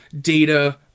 data